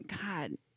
God